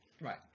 Right